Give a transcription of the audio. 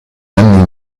anni